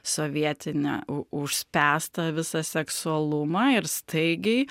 sovietinę u užspręstą visą seksualumą ir staigiai